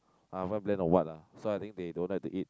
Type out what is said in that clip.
ah what bland or what lah so I think they don't like to eat